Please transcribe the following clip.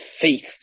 faith